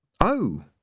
Oh